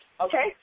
okay